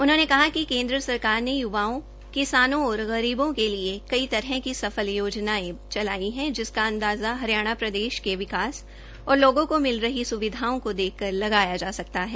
उन्होंने कहा कि केन्द्र सरकार ने युवाओं किसानों और गरीबों के लिए कई तरह की सफल योजनायें चलाई है जिसकी अंदाजा हरियाणा प्रदेश के विकास और लोगों को मिल रही सुविधाओ को देखकर लगाया जा सकता है